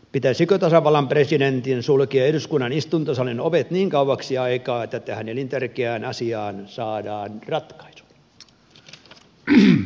pitäisikö tasavallan presidentin sulkea eduskunnan istuntosalin ovet niin kauaksi aikaa että tähän elintärkeään asiaan saadaan ratkaisu